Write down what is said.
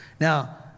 Now